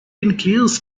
includes